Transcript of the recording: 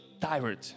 tired